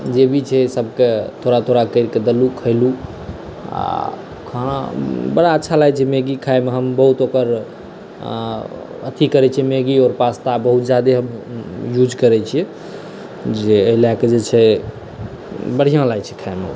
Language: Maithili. जे भी छै सब के थोड़ा थोड़ा करके देलहुॅं खयलहुॅं आ खाना बरा अच्छा लागै छै मैगी खाय मे हम बहुत ओकर अथी करै छियै मैगी आओर पास्ता बहुत जादे हम युज करै छियै जे अयला की जे छय बढ़िऑं लागै छय खाय मे